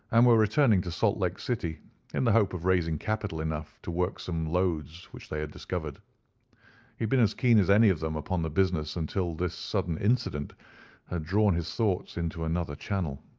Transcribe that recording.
and were returning to salt lake city in the hope of raising capital enough to work some lodes which they had discovered. he had been as keen as any of them upon the business until this sudden incident had drawn his thoughts into another channel.